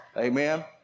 Amen